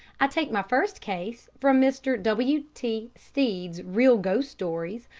i take my first case from mr. w t. stead's real ghost stories,